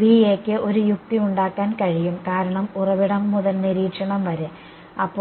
BA യ്ക് ഒരു യുക്തി ഉണ്ടാക്കാൻ കഴിയും കാരണം ഉറവിടം മുതൽ നിരീക്ഷണം വരെ അപ്പോൾ